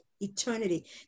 eternity